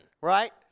right